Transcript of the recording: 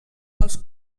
els